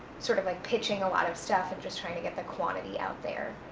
sort of, like, pitching a lot of stuff and just trying to get the quantity out there.